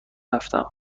رفتم